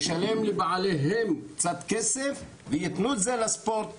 לשלם לבעליהם קצת כסף והם ייתנו את זה לספורט ולתרבות.